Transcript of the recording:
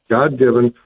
God-given